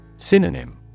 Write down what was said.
Synonym